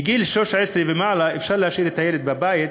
מגיל 13 ומעלה אפשר להשאיר את הילד בבית,